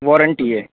warranty है